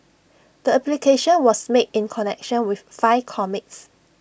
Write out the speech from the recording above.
the application was made in connection with five comics